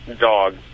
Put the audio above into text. dog